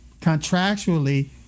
contractually